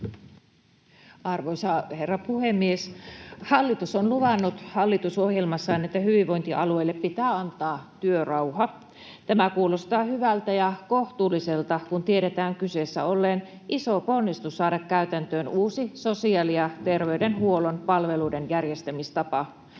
Arvoisa herra puhemies! Hallitus on luvannut hallitusohjelmassaan, että hyvinvointialueille pitää antaa työrauha. Tämä kuulostaa hyvältä ja kohtuulliselta, kun tiedetään kyseessä olleen iso ponnistus saada käytäntöön uusi sosiaali- ja terveydenhuollon palveluiden järjestämistapa.